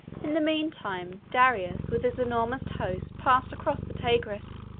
in the mean time, darius, with his enormous host, passed across the tigris,